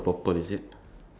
I still have